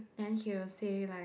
then he will say like